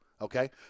okay